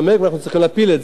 ואנחנו נצטרך להפיל את זה,